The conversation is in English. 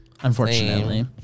unfortunately